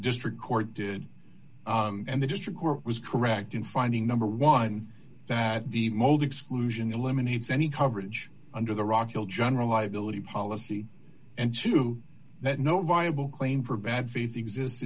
district court did and the district court was correct in finding number one that the mold exclusion eliminates any coverage under the rockville general liability policy and to that no viable claim for bad faith exists